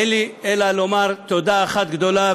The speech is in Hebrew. אין לי אלא לומר תודה אחת גדולה,